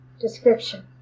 description